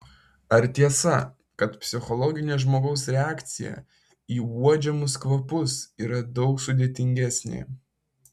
ar tiesa kad psichologinė žmogaus reakcija į uodžiamus kvapus yra daug sudėtingesnė